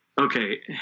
okay